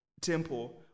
temple